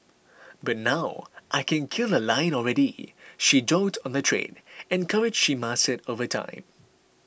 but now I can kill a lion already she joked on the trade and courage she mastered over time